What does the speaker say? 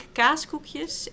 kaaskoekjes